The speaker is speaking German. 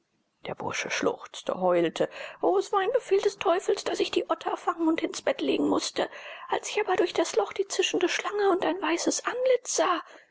der bursche schluchzte heulte o es war ein befehl des teufels daß ich die otter fangen und ins bett legen mußte als ich aber durch das loch die zischende schlange und dein weißes antlitz sah